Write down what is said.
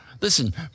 Listen